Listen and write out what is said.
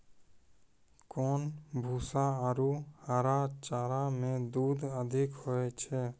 कोन भूसा आरु हरा चारा मे दूध अधिक होय छै?